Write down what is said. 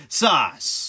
sauce